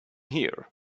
here